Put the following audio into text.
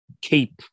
keep